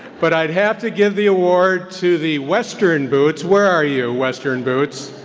but i'd have to give the award to the western boots, where are you western boots?